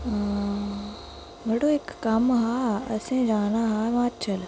मड़ो इक कम्म हा असें जाना हा हिमाचल